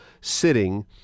sitting